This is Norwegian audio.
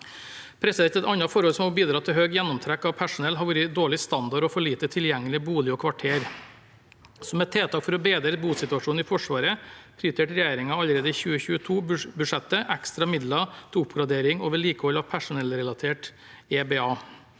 kompetanse. Et annet forhold som har bidratt til høy gjennomtrekk av personell, har vært dårlig standard og for få tilgjengelige boliger og kvarter. Som et tiltak for å bedre bosituasjonen i Forsvaret prioriterte regjeringen allerede i 2022-budsjettet ekstra midler til oppgradering og vedlikehold av personellrelatert EBA,